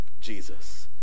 Jesus